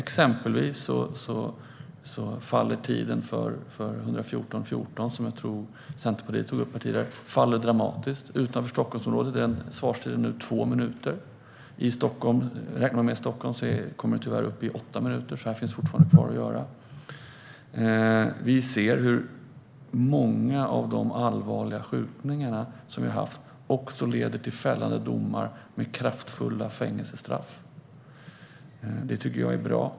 Exempelvis faller svarstiden för 114 14, som jag tror att Centerpartiet tog upp här tidigare, dramatiskt. Utanför Stockholmsområdet är svarstiden nu två minuter. I Stockholm kommer den tyvärr upp i åtta minuter, så här finns fortfarande saker kvar att göra. Vi ser hur många av de allvarliga skjutningar vi har haft leder till fällande domar med kraftfulla fängelsestraff. Det tycker jag är bra.